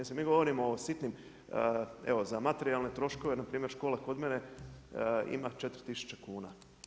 Mislim mi govorimo o sitnim evo za materijalne troškove, npr. ,škola kod mene ima 4000 kn.